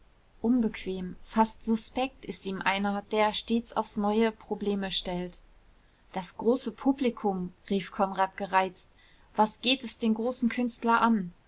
unbequem fast suspekt ist ihm einer der stets aufs neue probleme stellt das große publikum rief konrad gereizt was geht es den großen künstler an